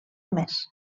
més